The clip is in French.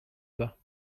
bas